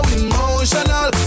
emotional